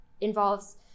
involves